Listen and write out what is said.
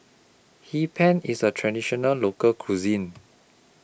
Hee Pan IS A Traditional Local Cuisine